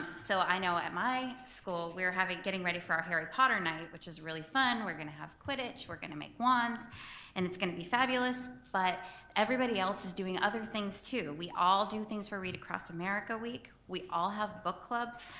so i know at my school we're getting ready for our harry potter night which is really fun, we're gonna play quidditch, we're gonna make wands and it's gonna be fabulous but everybody else is doing other things too. we all do things for read across america week. we all have book clubs,